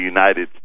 United